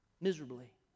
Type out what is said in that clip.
miserably